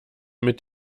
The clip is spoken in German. mit